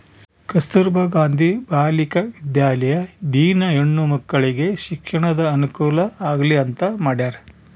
ಕಸ್ತುರ್ಭ ಗಾಂಧಿ ಬಾಲಿಕ ವಿದ್ಯಾಲಯ ದಿನ ಹೆಣ್ಣು ಮಕ್ಕಳಿಗೆ ಶಿಕ್ಷಣದ ಅನುಕುಲ ಆಗ್ಲಿ ಅಂತ ಮಾಡ್ಯರ